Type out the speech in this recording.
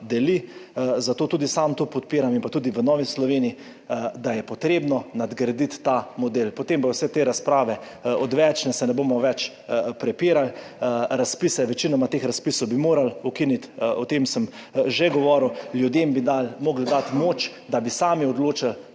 deli, zato tudi sam to podpiram in pa tudi v Novi Sloveniji, da je potrebno nadgraditi ta model. Potem bodo vse te razprave odvečne, se ne bomo več prepirali. Razpise, večinoma teh razpisov bi morali ukiniti, o tem sem že govoril. Ljudem bi morali dati moč, da bi sami odločili